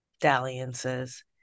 dalliances